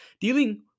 Dealing